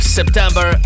September